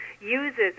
uses